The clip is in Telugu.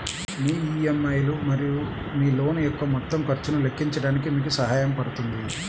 మీ ఇ.ఎం.ఐ లు మరియు మీ లోన్ యొక్క మొత్తం ఖర్చును లెక్కించడానికి మీకు సహాయపడుతుంది